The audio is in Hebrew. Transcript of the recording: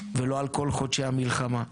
ולא על כל חודשי המלחמה.